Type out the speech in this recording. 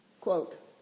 quote